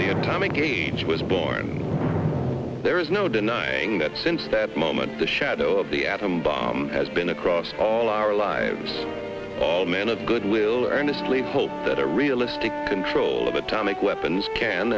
the atomic age was born there is no denying that since that moment the shadow of the atom bomb has been across all our lives all men of good will earnestly hope that a realistic control of atomic weapons can